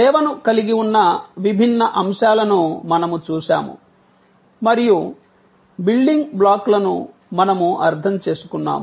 సేవను కలిగి ఉన్న విభిన్న అంశాలను మనము చూశాము మరియు బిల్డింగ్ బ్లాక్లను మనము అర్థం చేసుకున్నాము